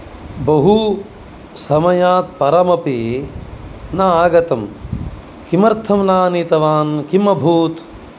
बहु समयात् परमपि नागतं किमर्थं नानितवान् किं अभूत्